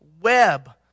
web